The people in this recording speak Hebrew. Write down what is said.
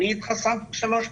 אני התחסנתי שלוש פעמים.